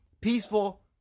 peaceful